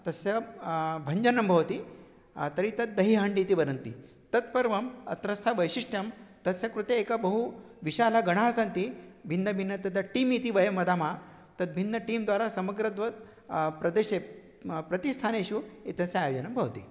तस्य भञ्जनं भवति तर्हि तत् दहिहण्ड् इति वदन्ति तत्पर्वम् अत्रस्थ वैशिष्ट्यं तस्य कृते एकः बहु विशालागणः सन्ति भिन्नभिन्नः तत् टीम् इति वयं वदामः तद्भिन्नं टीं द्वारा समग्रे प्रदेशे म प्रतिस्थानेषु एतस्य आयोजनं भवति